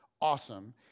awesome